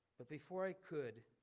but before i could,